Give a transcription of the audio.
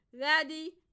Ready